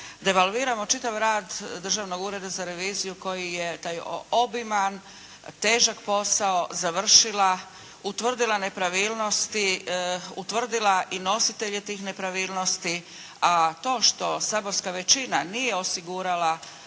devalviramo čitav rad Državnog ureda za reviziju koji je taj obiman, težak posao završila, utvrdila nepravilnosti, utvrdila i nositelje tih nepravilnosti, a to što saborska većina nije osigurala